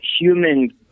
human